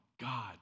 God